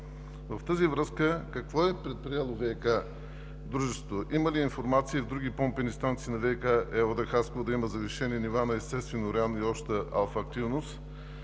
В тази връзка какво е предприело ВиК дружеството? Има ли информация в други помпени станции на ВиК ЕООД – Хасково, да има завишени нива на естествен уран и обща алфа-активност?